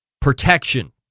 protection